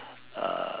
uh